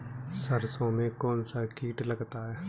सरसों में कौनसा कीट लगता है?